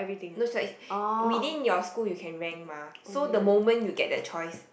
no it's like within your school you can rank mah so the moment you get that choice